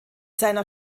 seiner